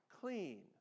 clean